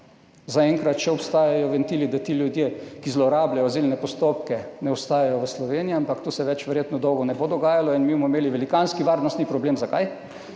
Zaenkrat še obstajajo ventili, da ti ljudje, ki zlorabljajo azilne postopke, ne ostajajo v Sloveniji, ampak to se verjetno ne bo več dolgo dogajalo in mi bomo imeli velikanski varnostni problem. Zakaj?